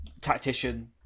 tactician